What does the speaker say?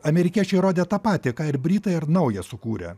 amerikiečiai rodė tą patį ką ir britai ar naują sukūrė